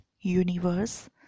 Universe